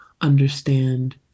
understand